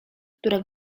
która